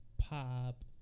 pop